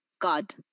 god